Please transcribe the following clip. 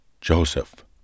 Joseph